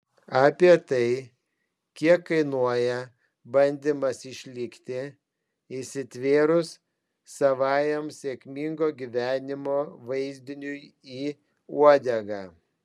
apie tai kiek kainuoja bandymas išlikti įsitvėrus savajam sėkmingo gyvenimo vaizdiniui į uodegą